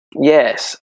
Yes